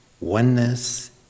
Oneness